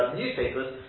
newspapers